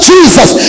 Jesus